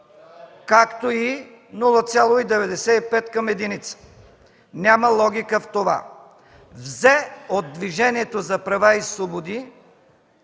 както и 0,95 – към единица. Няма логика в това. Взе от Движението за права и свободи,